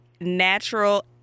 natural